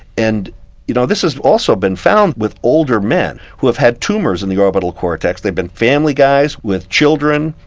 and you know this has also been found with older men who have had tumours in the orbital cortex, they have been family guys with children,